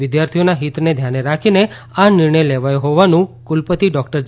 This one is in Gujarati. વિધ્યાર્થીઓના હિતને ધ્યાને રાખીને આ નિર્ણય લેવાયો હોવાનું કુલપતિ ડૉ જે